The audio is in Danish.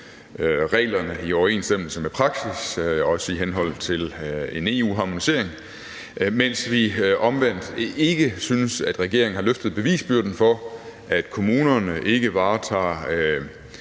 reglerne i overensstemmelse med praksis, også i henhold til en EU-harmonisering, mens vi omvendt ikke synes, at regeringen har løftet bevisbyrden for, at kommunerne ikke varetager